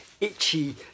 itchy